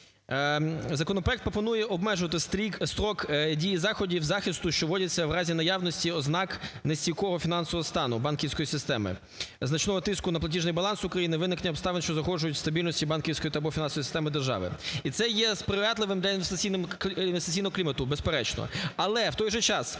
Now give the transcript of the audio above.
Законопроект пропонує обмежувати строк дії заходів захисту, що вводяться у разі наявності ознак нестійкого фінансового стану банківської системи, значного тиску на платіжний баланс України, виникнення обставин, що загрожують стабільності банківської або фінансової системи держави. І це є сприятливим для інвестиційного клімату, безперечно. Але у той час